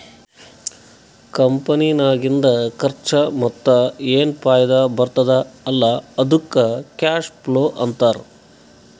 ಕಂಪನಿನಾಗಿಂದ್ ಖರ್ಚಾ ಮತ್ತ ಏನ್ ಫೈದಾ ಬರ್ತುದ್ ಅಲ್ಲಾ ಅದ್ದುಕ್ ಕ್ಯಾಶ್ ಫ್ಲೋ ಅಂತಾರ್